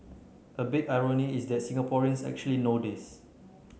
a big irony is that Singaporeans actually know this